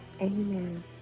Amen